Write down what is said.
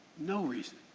no reason.